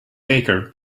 baker